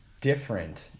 Different